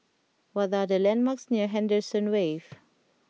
what are the landmarks near Henderson Wave